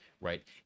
right